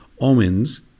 Omens